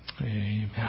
Amen